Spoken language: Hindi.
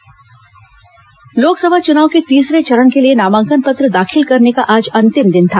लोकसभा चुनाव नामांकन लोकसभा चुनाव के तीसरे चरण के लिए नामांकन पत्र दाखिल करने का आज अंतिम दिन था